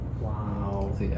wow